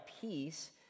peace